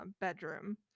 bedroom